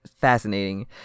fascinating